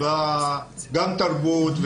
גם תרבות,